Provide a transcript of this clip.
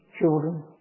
children